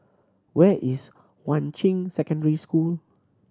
where is Yuan Ching Secondary School